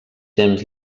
temps